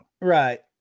Right